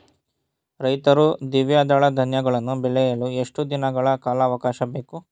ರೈತರು ದ್ವಿದಳ ಧಾನ್ಯಗಳನ್ನು ಬೆಳೆಯಲು ಎಷ್ಟು ದಿನಗಳ ಕಾಲಾವಾಕಾಶ ಬೇಕು?